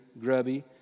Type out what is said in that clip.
grubby